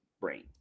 brain